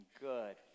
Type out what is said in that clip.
good